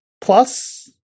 Plus